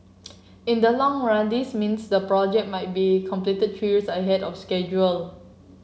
in the long run this means the project might be completed three years ahead of schedule